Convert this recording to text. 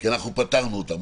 כי פטרנו אותם.